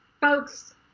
folks